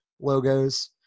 logos